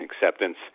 acceptance